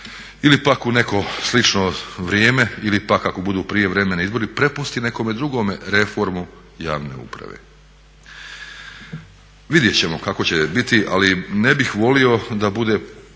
ili pak u neko slično vrijeme ili pak ako budu prijevremeni izbori prepusti nekome drugome reformu javne uprave. Vidjet ćemo kako će biti, ali ne bih volio da bude kao